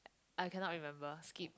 I cannot remember skip